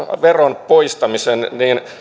veron poistamisen